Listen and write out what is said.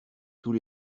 tous